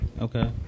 Okay